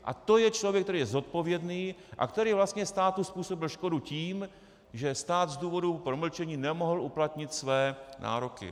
A to je člověk, který je zodpovědný a který vlastně státu způsobil škodu tím, že stát z důvodu promlčení nemohl uplatnit své nároky.